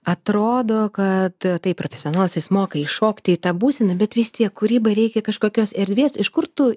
atrodo kad tai profesionalas jis moka įšokti į tą būseną bet vis tiek kūrybai reikia kažkokios erdvės iš kur tu